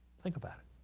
think about it.